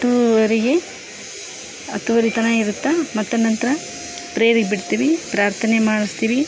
ಹತ್ತುವರೆಗೆ ಹತ್ತುವರೆ ತನಕ ಇರುತ್ತೆ ಮತ್ತು ನಂತರ ಪ್ರೇಯರಿಗೆ ಬಿಡ್ತೀವಿ ಪ್ರಾರ್ಥನೆ ಮಾಡಿಸ್ತೀವಿ